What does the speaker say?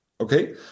Okay